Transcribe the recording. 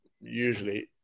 usually